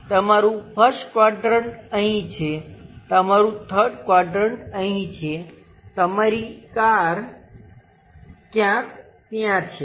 તમારું 1st quadrant અહીં છે તમારું 3rd ક્વાડ્રંટ અહીં છે તમારી કાર ક્યાંક ત્યાં છે